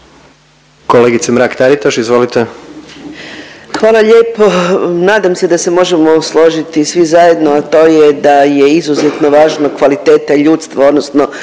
izvolite. **Mrak-Taritaš, Anka (GLAS)** Hvala lijepo. Nadam da se možemo složiti svi zajedno, a to je da je izuzetno važno kvaliteta i ljudstvo odnosno